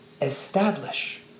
establish